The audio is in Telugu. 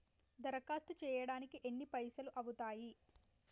దరఖాస్తు చేయడానికి ఎన్ని పైసలు అవుతయీ?